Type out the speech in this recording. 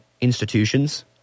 institutions